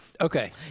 Okay